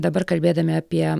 dabar kalbėdami apie